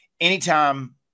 anytime